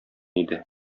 иде